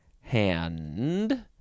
hand